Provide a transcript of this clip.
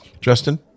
Justin